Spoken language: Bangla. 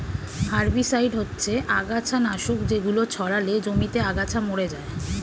হারভিসাইড হচ্ছে আগাছানাশক যেগুলো ছড়ালে জমিতে আগাছা মরে যায়